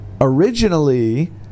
originally